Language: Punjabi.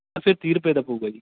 ਫਿਰ ਤੀਹ ਰੁਪਏ ਦਾ ਪਊਗਾ ਜੀ